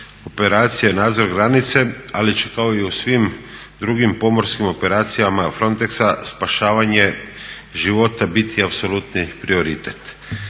operacije je nadzor granice ali će kao i u svim drugim pomorskim operacijama Frontexa spašavanje života biti apsolutni prioritet.